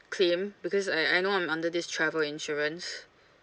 claim because I I know I'm under this travel insurance